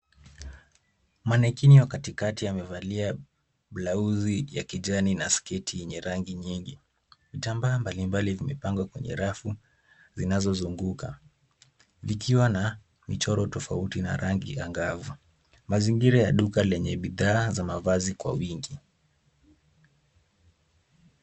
Manekini wa katikati amevalia blauzi ya kijani na sketi yenye rangi nyingi. Vitambaa mbalimbali vimepangwa kwenye rafu zinazozunguka, vikiwa na michoro tofauti na rangi angavu. Mazingira ya duka lenye bidhaa za mavazi kwa wingi.